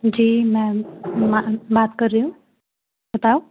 जी ma'am मैं बात कर रही हूँ बताओ